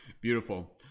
beautiful